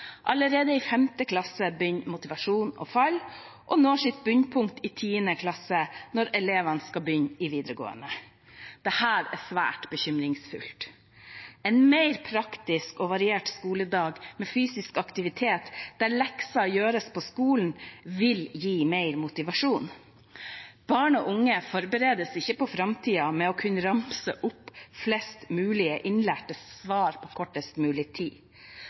Allerede i 5. klasse begynner motivasjonen å falle og når sitt bunnpunkt i 10. klasse, når elevene skal begynne i videregående. Dette er svært bekymringsfullt. En mer praktisk og variert skoledag med fysisk aktivitet der lekser gjøres på skolen, vil gi mer motivasjon. Barn og unge forberedes ikke på framtiden med å kunne ramse opp flest mulig innlærte svar på kortest mulig tid.